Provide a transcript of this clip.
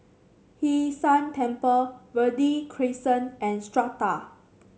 Hwee San Temple Verde Crescent and Strata